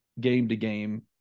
game-to-game